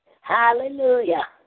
Hallelujah